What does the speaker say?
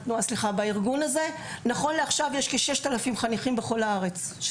בארגון הזה יש כ-6,000 חניכים בכל הארץ נכון לעכשיו,